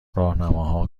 راهنماها